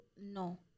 no